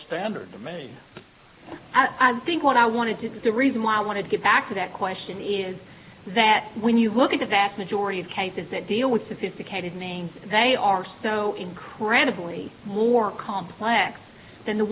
standard the main i think what i want to do is the reason why i want to get back to that question is that when you look at the vast majority of cases that deal with sophisticated names they are so incredibly more complex than the